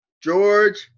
George